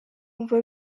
wumva